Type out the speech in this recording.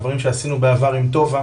דברים שעשינו בעבר עם טובה,